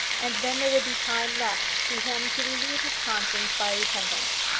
and then there would be time left to him to relieve his conscience by repentance.